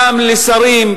גם לשרים.